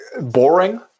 boring